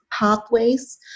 pathways